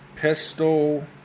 Pistol